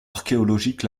archéologiques